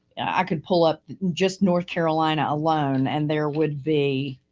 i could pull up just north carolina alone and there would be